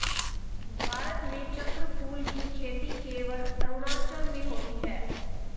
भारत में चक्रफूल की खेती केवल अरुणाचल में होती है